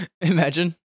Imagine